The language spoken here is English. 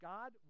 God